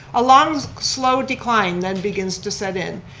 a long, slow decline then begins to set in.